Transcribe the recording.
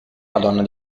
madonna